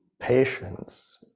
Patience